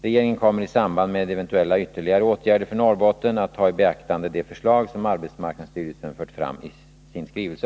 Regeringen kommer i samband med eventuella ytterligare åtgärder för Norrbotten att ta i beaktande de förslag som arbetsmarknadsstyrelsen fört fram i sin skrivelse.